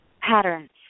patterns